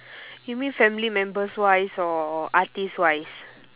you mean family members wise or artist wise